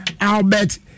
Albert